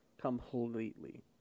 completely